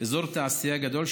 אזור תעשייה גדול,